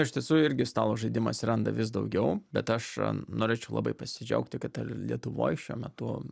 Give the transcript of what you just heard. iš tiesų irgi stalo žaidimų atsiranda vis daugiau bet aš norėčiau labai pasidžiaugti kad ir lietuvoj šiuo metu